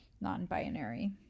non-binary